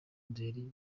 uduheri